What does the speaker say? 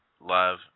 love